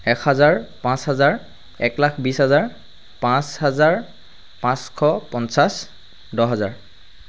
এক হাজাৰ পাঁচ হাজাৰ এক লাখ বিশ হাজাৰ পাঁচ হাজাৰ পাঁচশ পঞ্চাছ দহ হাজাৰ